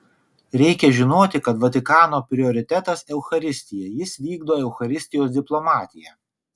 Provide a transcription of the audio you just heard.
reikia žinoti kad vatikano prioritetas eucharistija jis vykdo eucharistijos diplomatiją